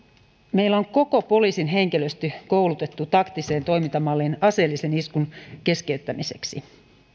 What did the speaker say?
meillä on koko poliisin henkilöstö koulutettu taktiseen toimintamalliin aseellisen iskun keskeyttämiseksi